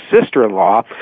sister-in-law